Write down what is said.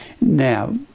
now